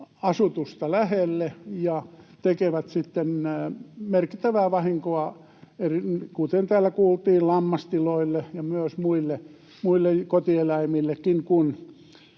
asutusta lähelle ja tekevät sitten merkittävää vahinkoa, kuten täällä kuultiin, lammastiloille ja muillekin kotieläimille,